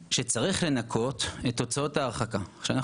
עכשיו אנחנו יודעים שיש לנו בערך 126 מיליון שקל